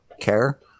care